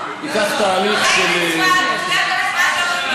דווקא בירושלים בונים לא מעט בתי-מלון.